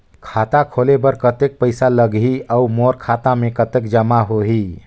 खाता खोले बर कतेक पइसा लगही? अउ मोर खाता मे कतका जमा होही?